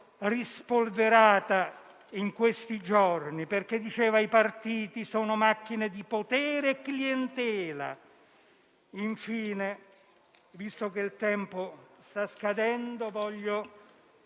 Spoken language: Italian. rispolverata in questi giorni - che diceva che i partiti sono macchine di potere e clientela. Infine, visto che il tempo sta scadendo, voglio